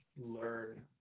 learn